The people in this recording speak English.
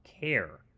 care